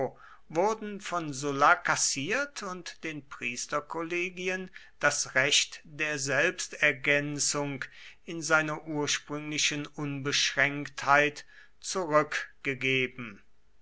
wurden von sulla kassiert und den priesterkollegien das recht der selbstergänzung in seiner ursprünglichen unbeschränktheit zurückgegeben